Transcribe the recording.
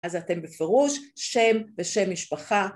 אז אתם בפירוש שם ושם משפחה.